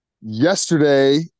Yesterday